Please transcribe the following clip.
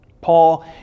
Paul